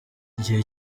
igihe